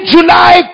July